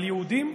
על יהודים,